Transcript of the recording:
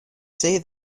say